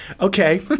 okay